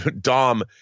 Dom